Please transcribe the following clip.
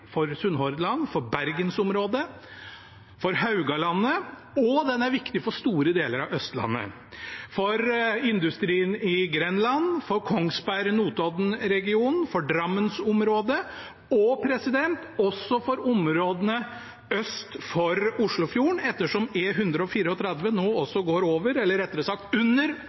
store deler av Østlandet, for industrien i Grenland, for Kongsberg- og Notodden-regionen, for drammensområdet, og også for områdene øst for Oslofjorden, ettersom E134 nå også går over – eller rettere sagt under